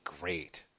great